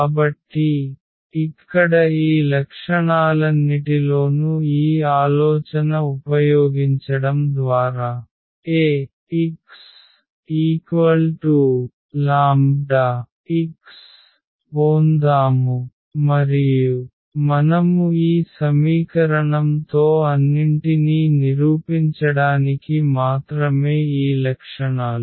కాబట్టి ఇక్కడ ఈ లక్షణాలన్నిటిలోనూ ఈ ఆలోచన ఉపయోగించడం ద్వారా Axλx పోందాము మరియు మనము ఈ సమీకరణం తో అన్నింటినీ నిరూపించడానికి మాత్రమే ఈ లక్షణాలు